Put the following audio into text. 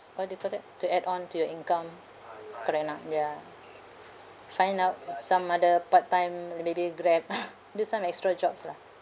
what do you call that to add on to your income correct or not ya find out some other part time maybe Grab this one extra jobs lah